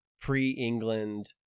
pre-England